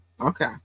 Okay